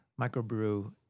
microbrew